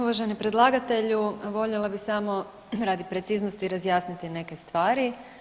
Uvaženi predlagatelju, voljela bi samo radi preciznosti razjasniti neke stvari.